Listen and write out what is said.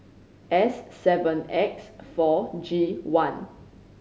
S seven X four G one